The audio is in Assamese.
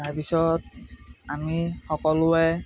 তাৰপিছত আমি সকলোৱে